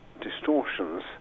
distortions